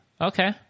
Okay